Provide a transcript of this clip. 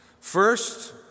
First